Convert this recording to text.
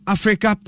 Africa